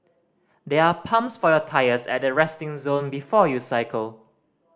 there are pumps for your tyres at the resting zone before you cycle